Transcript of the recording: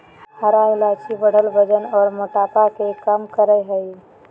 हरा इलायची बढ़ल वजन आर मोटापा के कम करई हई